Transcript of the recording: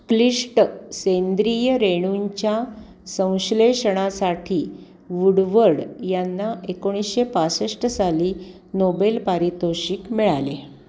क्लिष्ट सेंद्रिय रेणूंच्या संश्लेषणासाठी वुडवड यांना एकोणीसशे पासष्ट साली नोबेल पारितोषिक मिळाले